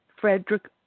Frederick